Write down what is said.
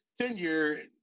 tenure